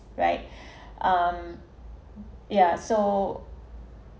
right um yeah so